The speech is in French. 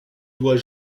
doit